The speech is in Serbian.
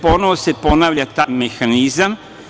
Ponovo se ponavlja taj mehanizam.